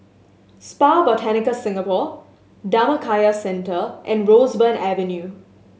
Spa Botanica Singapore Dhammakaya Centre and Roseburn Avenue